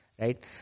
right